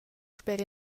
sper